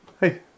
hey